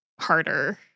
harder